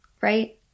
right